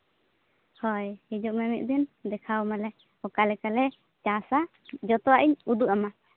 ᱦᱳᱭ ᱦᱤᱡᱩᱜ ᱢᱮ ᱢᱤᱫ ᱫᱤᱱ ᱫᱮᱠᱷᱟᱣ ᱟᱢᱟᱞᱮ ᱚᱠᱟ ᱞᱮᱠᱟᱞᱮ ᱪᱟᱥᱟ ᱡᱚᱛᱚᱣᱟᱜ ᱤᱧ ᱩᱫᱩᱜ ᱟᱢᱟ